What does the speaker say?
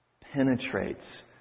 penetrates